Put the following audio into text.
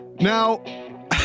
Now